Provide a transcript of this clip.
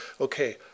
okay